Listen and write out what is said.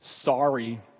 Sorry